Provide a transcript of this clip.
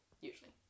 Usually